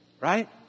Right